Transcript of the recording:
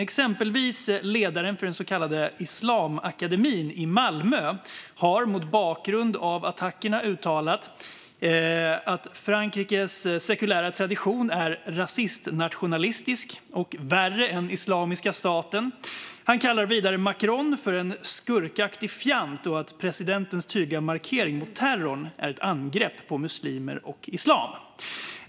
Exempelvis har ledaren för den så kallade Islamakademin i Malmö mot bakgrund av attackerna uttalat att Frankrikes sekulära tradition är "rasistnationalistisk" och värre än Islamiska staten. Han kallar Macron en skurkaktig fjant och presidentens tydliga markering mot terrorn ett angrepp på muslimer och islam.